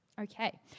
Okay